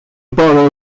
borrow